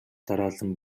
дараалан